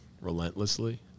relentlessly